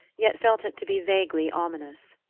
yet felt it to be vaguely ominous.